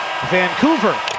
Vancouver